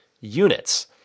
units